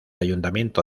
ayuntamiento